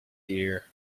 year